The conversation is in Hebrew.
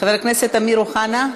חבר הכנסת אמיר אוחנה,